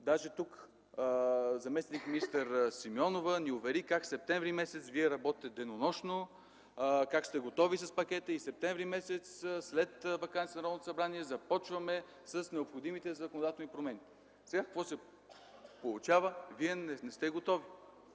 Даже тук заместник-министър Симеонова ни увери как вие работите денонощно, как сте готови с пакета и септември месец, след ваканцията на Народното събрание, започваме с необходимите законодателни промени. Сега какво се получава? Вие не сте готови.